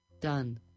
Done